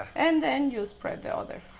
and then you spread the other